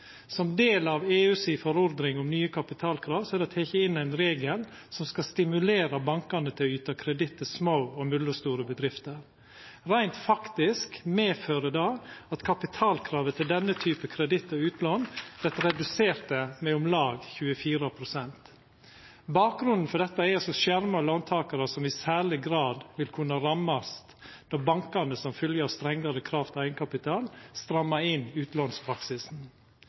Som del av EUs forordning om nye kapitalkrav er det teke inn ein regel som skal stimulera bankane til å yta kreditt til små og mellomstore bedrifter. Reint faktisk medfører det at kapitalkravet til denne type kreditt og utlån vert redusert med om lag 24 pst. Bakgrunnen for dette er å skjerma låntakarar som i særleg grad vil kunna verta ramma når bankane som følgje av strengare krav til eigenkapital strammar inn